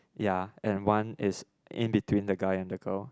ya and one is in between the guy and the girl